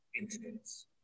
incidents